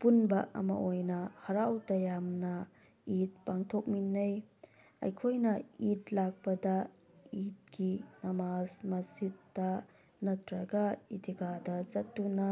ꯑꯄꯨꯟꯕ ꯑꯃ ꯑꯣꯏꯅ ꯍꯔꯥꯎ ꯇꯌꯥꯝꯅ ꯏꯠ ꯄꯥꯡꯊꯣꯛꯃꯤꯟꯅꯩ ꯑꯩꯈꯣꯏꯅ ꯏꯠ ꯂꯥꯛꯄꯗ ꯏꯠꯀꯤ ꯅꯃꯥꯖ ꯃꯁꯤꯠꯇ ꯅꯠꯇ꯭ꯔꯒ ꯏꯗꯤꯒꯥꯗ ꯆꯠꯇꯨꯅ